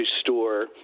store